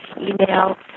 email